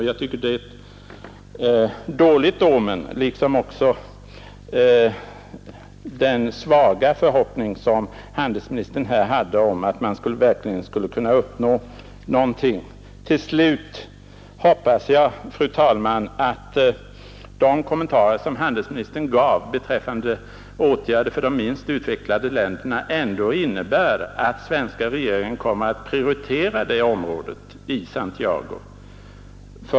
Jag tycker det är ett dåligt omen liksom den svaga tro på att man verkligen skulle kunna uppnå någonting som handelsministern hade här i dag. Till slut hoppas jag, fru talman, att de kommentarer som handelsministern gav beträffande åtgärder för de minst utvecklade länderna ändå innebär att den svenska regeringen kommer att prioritera just dessa frågor i Santiago.